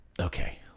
Okay